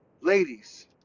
ladies